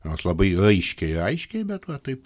nors labai raiškiai aiškiai bet va taip